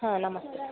ಹಾಂ ನಮಸ್ತೆ